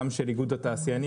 גם של איגוד התעשיינים,